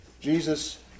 Jesus